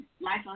life